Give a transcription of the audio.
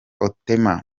otema